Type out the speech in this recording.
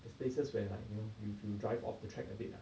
the spaces were like you know if you drive off the track a bit ah